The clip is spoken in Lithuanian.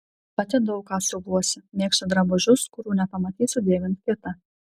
pati daug ką siuvuosi mėgstu drabužius kurių nepamatysiu dėvint kitą